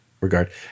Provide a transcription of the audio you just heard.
regard